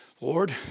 Lord